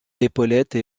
épaulettes